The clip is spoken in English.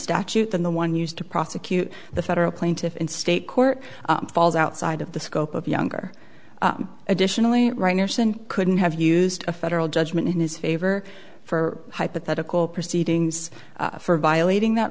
statute than the one used to prosecute the federal plaintiff in state court falls outside of the scope of younger additionally writers and couldn't have used a federal judgment in his favor for hypothetical proceedings for violating that